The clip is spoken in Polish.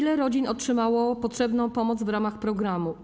Ile rodzin otrzymało potrzebną pomoc w ramach programu?